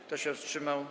Kto się wstrzymał?